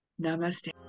Namaste